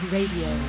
Radio